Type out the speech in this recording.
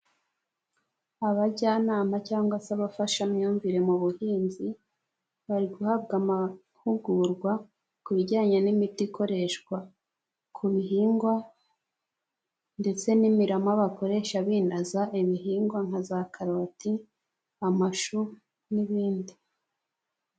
Abajyanama cyangwa se abafashamyumvire mu buhinzi ,bari guhabwa amahugurwa ku bijyanye n'imiti ikoreshwa ku bihingwa, ndetse n'imirama bakoresha binaza ibihingwa nka za karoti amashu n'ibindi